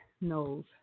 knows